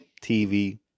TV